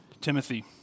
Timothy